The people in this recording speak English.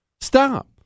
Stop